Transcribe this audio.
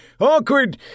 Awkward